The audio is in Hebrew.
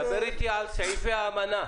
דבר איתי על סעיפי האמנה,